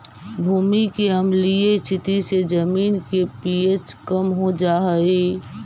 भूमि के अम्लीय स्थिति से जमीन के पी.एच कम हो जा हई